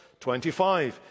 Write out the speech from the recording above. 25